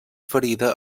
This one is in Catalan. ferida